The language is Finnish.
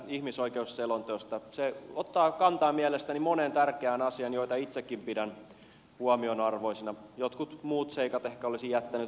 se ottaa kantaa mielestäni moneen tärkeään asiaan joita itsekin pidän huomionarvoisina jotkut muut seikat ehkä olisin jättänyt vähän vähemmälle